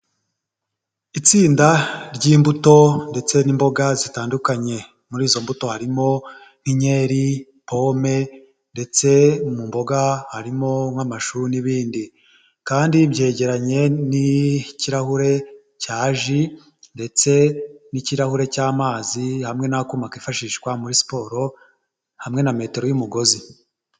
Itsinda ry'imbuto ndetse n'imboga zitandukanye, muri izo mbuto harimo nk'inkeri, pome ndetse mu mboga harimo nk'amashu n'ibindi kandi byegeranye n'ikirahure cya ji, ndetse n'ikirahure cy'amazi hamwe n’akuma kifashishwa muri siporo hamwe na metero y'umugozi.